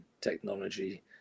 technology